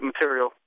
material